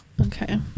Okay